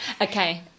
Okay